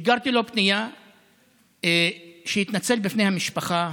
שיגרתי לו פנייה שיתנצל בפני בני המשפחה